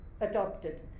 adopted